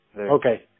Okay